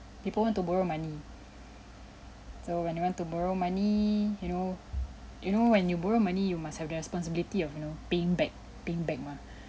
people want to borrow money so when you want to borrow money you know you know when you borrow money you must have the responsibility of you know paying back paying back mah